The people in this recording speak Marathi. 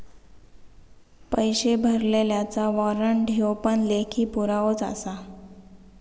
पैशे भरलल्याचा वाॅरंट ह्यो पण लेखी पुरावोच आसा